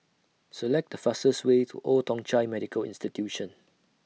Select The fastest Way to Old Thong Chai Medical Institution